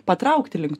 patraukti link